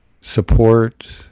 support